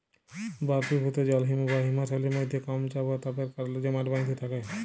বরফিভুত জল হিমবাহ হিমশৈলের মইধ্যে কম চাপ অ তাপের কারলে জমাট বাঁইধ্যে থ্যাকে